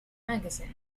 magazine